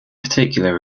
particular